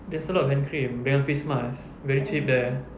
there's a lot of hand cream dengan face masks very cheap there